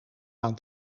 aan